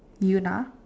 Yoona